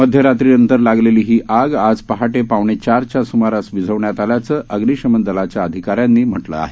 मध्यरात्रीनंतर लागलेली ही आग आज पहाटे पावणे चार वाजेच्या सुमाराला विझवण्यात आल्याचं अग्निशमन दलाच्या अधिकाऱ्यांनी म्हटलं आहे